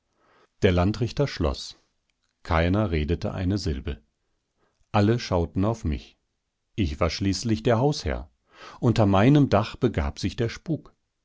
der landrichter schloß keiner redete eine silbe alle schauten auf mich ich war schließlich der hausherr unter meinem dach begab sich der spuk